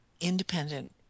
independent